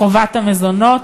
חובת המזונות.